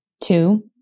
Two